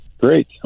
Great